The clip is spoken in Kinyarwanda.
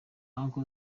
uncle